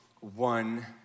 one